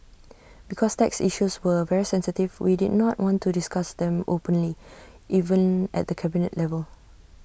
because tax issues were very sensitive we did not want to discuss them openly even at the cabinet level